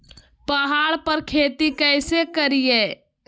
पहाड़ पर खेती कैसे करीये?